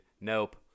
Nope